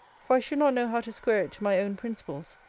for i should not know how to square it to my own principles,